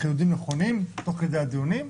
ידי חידודים נכונים תוך כדי הדיונים,